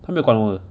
他没有管我的